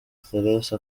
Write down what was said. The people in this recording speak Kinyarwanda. therese